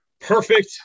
perfect